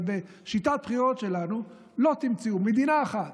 אבל בשיטת בחירות שלנו לא תמצאו מדינה אחת